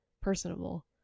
personable